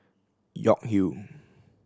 York Hill